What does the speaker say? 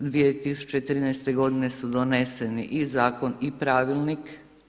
2013. godine su doneseni i zakon i pravilnik.